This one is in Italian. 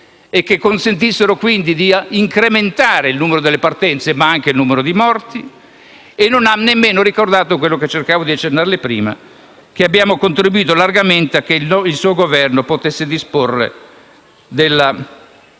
e che consentissero di incrementare il numero delle partenze, ma anche di morti. Lei non ha nemmeno ricordato quello che cercavo di accennarle prima, cioè che abbiamo contribuito largamente a che il suo Governo potesse disporre